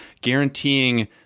guaranteeing